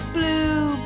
blue